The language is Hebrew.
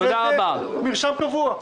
אחרי זה מרשם קבוע.